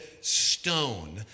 Stone